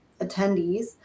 attendees